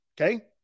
Okay